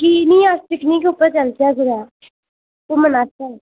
की निं अस पिकनिक उप्पर चलचै कुतै घुम्मन आस्तै